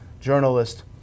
journalist